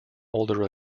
older